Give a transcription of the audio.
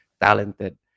talented